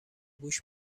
گوش